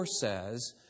says